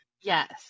Yes